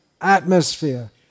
atmosphere